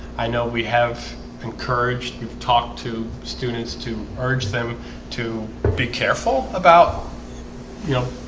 i know we have encouraged we've talked to students to urge them to be careful about you know